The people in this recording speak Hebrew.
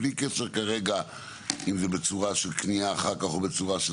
בלי קשר כרגע אם זה בצורה של קנייה אחר כך או בצורה של